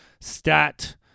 stat